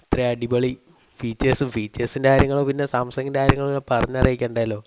അത്രയും അടിപൊളി ഫീച്ചേഴ്സ് ഫീച്ചേഴ്സിൻ്റെ കാര്യങ്ങൾ പിന്നെ സാംസങിൻ്റെ പറഞ്ഞ് അറിയിക്കേണ്ടല്ലൊ